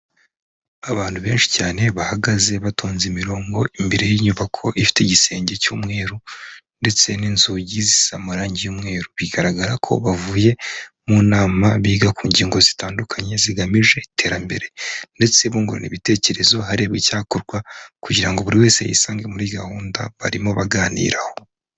Abantu benshi cyane bahagaze batonze imirongo imbere y'inyubako ifite igisenge cy'umweru ndetse n'inzugi zisa amarange y'umweru. Bigaragara ko bavuye mu nama biga ku ngingo zitandukanye zigamije iterambere ndetse bungurana ibitekerezo harebwa icyakorwa, kugira ngo buri wese yisange muri gahunda barimo baganiraho.